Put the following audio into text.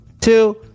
two